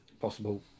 possible